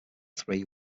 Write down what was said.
three